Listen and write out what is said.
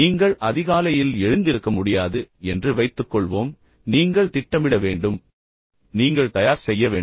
நீங்கள் அதிகாலையில் எழுந்திருக்க முடியாது என்று வைத்துக்கொள்வோம் எனவே நீங்கள் திட்டமிட வேண்டும் எனவே நீங்கள் தயார் செய்ய வேண்டும்